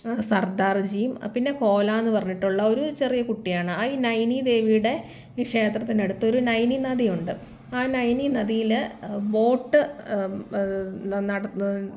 സർദാർജിയും പിന്നെ കോല എന്ന് പറഞ്ഞിട്ടുള്ള ചെറിയ കുട്ടിയാണ് അത് ഈ നൈനി ദേവിയുടെ ക്ഷേത്രത്തിൻ്റെ അടുത്ത് ഒരു നൈനി നദിയുണ്ട് ആ നൈനി നദിയിൽ ബോട്ട് നടത്തു